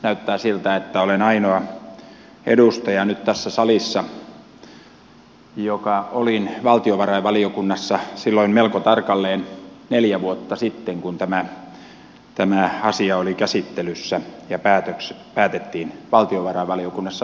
näyttää siltä että olen nyt tässä salissa ainoa edustaja joka oli valtiovarainvaliokunnassa silloin melko tarkalleen neljä vuotta sitten kun tämä asia oli käsittelyssä ja päätettiin valtiovarainvaliokunnassa mietinnöstä